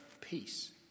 peace